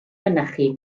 mynychu